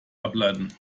ableiten